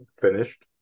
finished